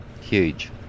huge